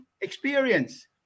experience